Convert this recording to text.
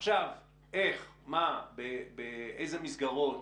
עכשיו איך, מה, באיזה מסגרות,